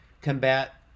combat